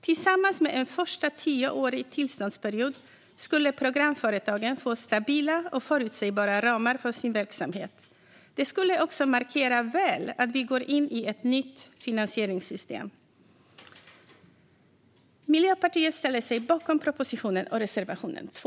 Tillsammans med en första tioårig tillståndsperiod skulle programföretagen få stabila och förutsägbara ramar för sin verksamhet. Det skulle också markera väl att vi går in i ett nytt finansieringssystem. Miljöpartiet ställer sig bakom propositionen och reservation 2.